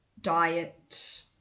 diet